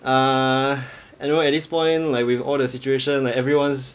uh I don't know at this point like with all the situation like everyone's